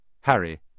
Harry